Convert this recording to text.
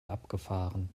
abgefahren